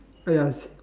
!aiya!